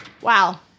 wow